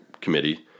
committee